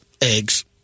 eggs